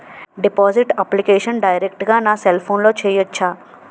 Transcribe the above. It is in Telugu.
డిపాజిట్ అప్లికేషన్ డైరెక్ట్ గా నా సెల్ ఫోన్లో చెయ్యచా?